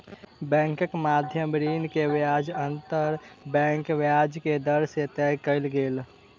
बैंकक मध्य ऋण के ब्याज अंतर बैंक ब्याज के दर से तय कयल गेल